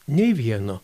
nei vieno